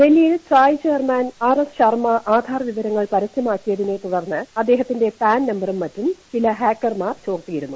ഡൽഹിയിൽ TRAI chairman R S Sharma Aadhaar വിവരങ്ങൾ പരസ്യമാക്കിയതിനെ തുടർന്ന് അദ്ദേഹത്തിന്റെ പാൻ നമ്പറും മറ്റും ചില ഹാക്കർ മാർ ചോർത്തിയിരുന്നു